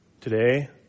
today